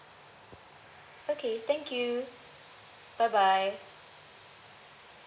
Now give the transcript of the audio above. okay thank you bye bye